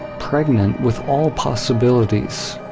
pregnant with all possibilities.